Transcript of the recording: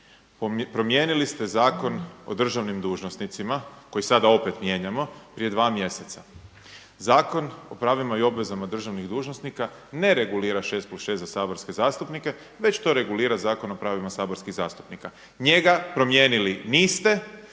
Promijenili ste Zakon o državnim dužnosnicima koji sada opet mijenjamo prije dva mjeseca. Zakon o pravima i obvezama državnih dužnosnika ne regulira 6+6 za saborske zastupnike već to regulira Zakon o pravima saborskih zastupnika. Njega promijenili niste